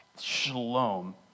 shalom